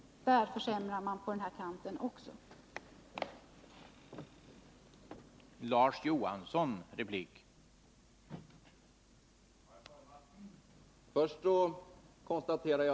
Där blir det också en försämring. Torsdagen den